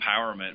empowerment